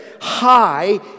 high